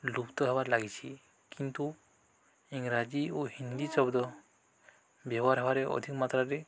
ଲୁପ୍ତ ହେବାରେ ଲାଗିଛି କିନ୍ତୁ ଇଂରାଜୀ ଓ ହିନ୍ଦୀ ଶବ୍ଦ ବ୍ୟବହାର ହେବାରେ ଅଧିକ ମାତ୍ରାରେ